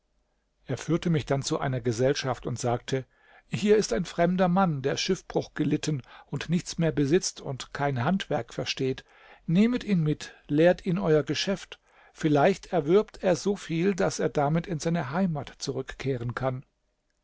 er führte mich dann zu einer gesellschaft und sagte hier ist ein fremder mann der schiffbruch gelitten und nichts mehr besitzt und kein handwerk versteht nehmet ihn mit lehrt ihn euer geschäft vielleicht erwirbt er so viel daß er damit in seine heimat zurückkehren kann